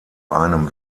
einem